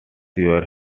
your